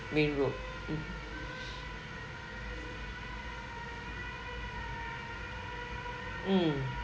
main road mm